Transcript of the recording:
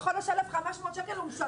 כל חודש הוא משלם 1,500 שקל.